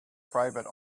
private